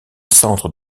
centre